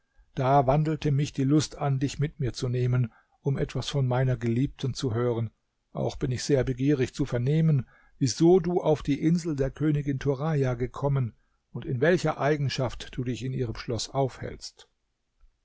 da wandelte mich die lust an dich mit mir zu nehmen um etwas von meiner geliebten zu hören auch bin ich sehr begierig zu vernehmen wieso du auf die insel der königin turaja gekommen und in welcher eigenschaft du dich in ihrem schloß aufhältst